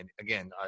again